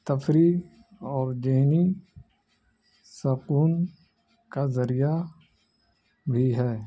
تفریح اور دہنی سکون کا ذریعہ بھی ہے